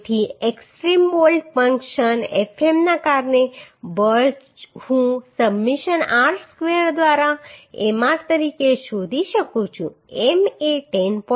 તેથી extreme bolt પર ક્ષણ Fm ના કારણે બળ હું સબમિશન r સ્ક્વેર દ્વારા M r તરીકે શોધી શકું છું M એ 10